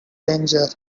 danger